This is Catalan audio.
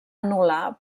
anul·lar